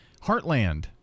Heartland